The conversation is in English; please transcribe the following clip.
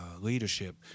leadership